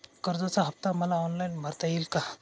कर्जाचा हफ्ता मला ऑनलाईन भरता येईल का?